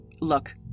Look